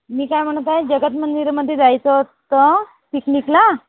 मी काय म्हणतेय जगत् मंदिरमध्ये जायचं होतं पिकनिकला